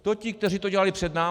To ti, kteří to dělali před námi.